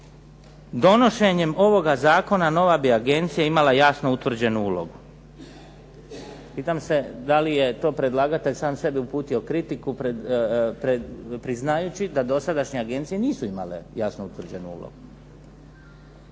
donošenjem ovoga zakona nova bi agencija imala jasno utvrđenu ulogu. Pitam se da li je to predlagatelj sam sebi uputio kritiku priznajući da dosadašnje agencije nisu imale jasno utvrđenu ulogu.